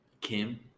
kim